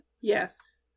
Yes